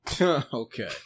Okay